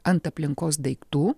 ant aplinkos daiktų